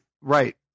Right